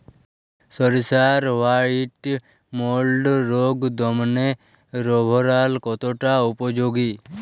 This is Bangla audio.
সরিষার হোয়াইট মোল্ড রোগ দমনে রোভরাল কতটা উপযোগী?